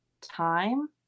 time